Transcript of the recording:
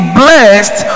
blessed